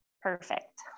Perfect